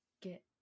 Get